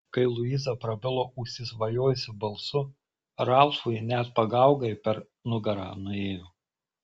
kai luiza prabilo užsisvajojusiu balsu ralfui net pagaugai per nugarą nuėjo